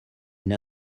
une